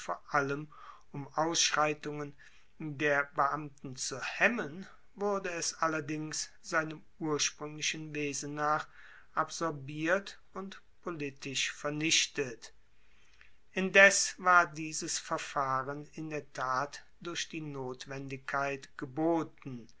vor allem um ausschreitungen der beamten zu hemmen wurde es allerdings seinem urspruenglichen wesen nach absorbiert und politisch vernichtet indes war dieses verfahren in der tat durch die notwendigkeit geboten